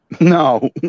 No